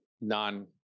non